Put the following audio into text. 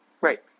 Right